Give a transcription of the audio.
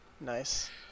Nice